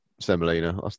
Semolina